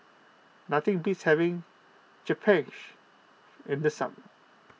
nothing beats having Japchae in the summer